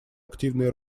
активной